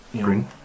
green